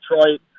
Detroit